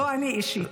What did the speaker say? לא אני אישית.